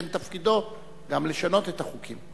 שכן תפקידו גם לשנות את החוקים.